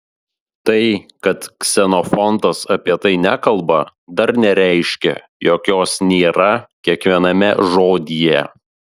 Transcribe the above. tai kad ksenofontas apie tai nekalba dar nereiškia jog jos nėra kiekviename žodyje